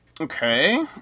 Okay